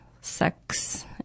sex